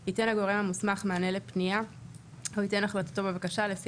ייתן הגורם המוסמך מענה לפנייה או ייתן החלטתו בבקשה לפי